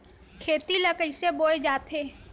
खेती ला कइसे बोय जाथे?